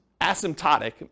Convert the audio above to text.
asymptotic